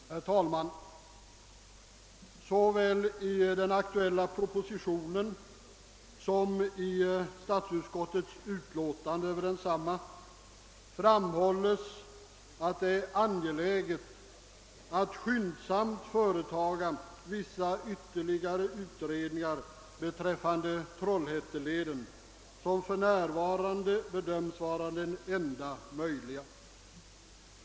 Herr talman! Såväl i den aktuella propositionen som i statsutskottets utlåtande över densamma framhålles, att det är angeläget att skyndsamt företaga vissa ytterligare utredningar beträffande Trollhätteleden, som för närvarande bedöms vara den enda möjliga.